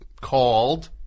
called